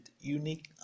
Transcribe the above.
unique